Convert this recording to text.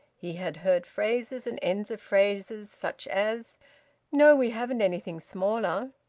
he had heard phrases and ends of phrases, such as no, we haven't anything smaller,